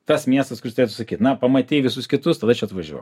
tas miestas kuris turėtų sakyt na pamatei visus kitus tada čia atvažiuok